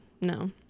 No